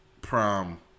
Prom